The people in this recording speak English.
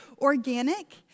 organic